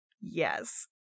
Yes